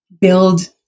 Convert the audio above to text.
build